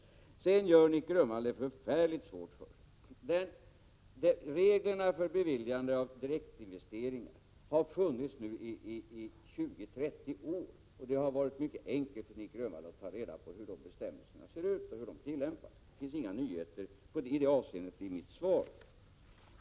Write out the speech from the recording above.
Nic Grönvall gör det förfärligt svårt för sig. Reglerna för beviljande av direktinvesteringar har nu funnits i 20-30 år. Det har varit mycket enkelt för Nic Grönvall att ta reda på hur de bestämmelserna ser ut och tillämpas. Det finns i det avseendet inga nyheter i mitt svar. Herr talman!